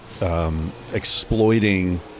Exploiting